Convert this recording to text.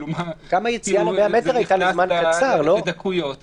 זה נכנס לדקויות.